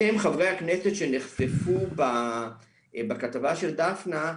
אתם חברי הכנסת שנחשפו בכתבה של דפנה,